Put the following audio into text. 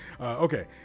Okay